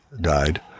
died